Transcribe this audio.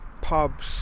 pubs